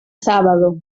sábado